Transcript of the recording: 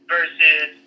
Versus